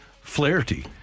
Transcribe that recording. Flaherty